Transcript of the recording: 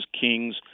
kings